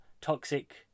toxic